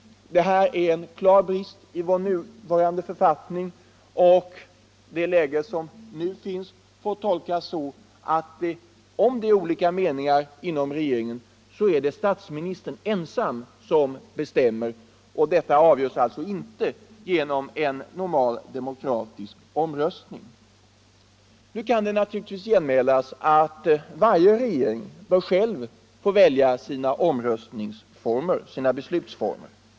Det är en klar brist i vår nuvarande författning, och det läge som nu råder får tolkas så, att om det finns olika meningar inom regeringen är det statsministern ensam som bestämmer. Dessa ärenden avgörs alltså inte genom en normal demokratisk omröstning. Nu kan det naturligtvis genmälas att varje regering själv bör få välja Nr 7 sina egna beslutsformer.